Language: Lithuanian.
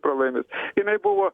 pralaimi jinai buvo